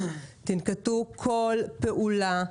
תנקטו בכל פעולה,